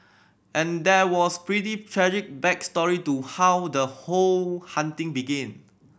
and there was pretty tragic back story to how the whole haunting began